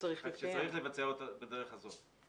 שצריך לבצע אותה בדרך הזאת.